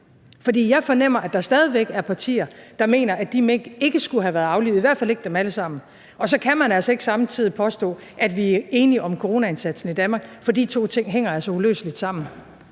jeg fornemmer, at der stadig væk er partier, der mener, at de mink ikke skulle have været aflivet – i hvert fald ikke dem alle sammen. Og så kan man ikke samtidig påstå, at vi er enige om coronaindsatsen i Danmark, for de to ting hænger altså uløseligt sammen.